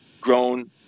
grown